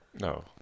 no